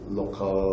local